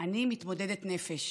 אני מתמודדת נפש